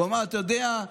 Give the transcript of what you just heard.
הוא אמר: אתה יודע,